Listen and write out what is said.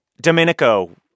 Domenico